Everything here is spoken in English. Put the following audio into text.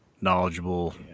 knowledgeable